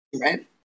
right